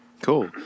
Cool